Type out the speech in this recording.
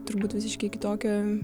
turbūt visiškai kitokia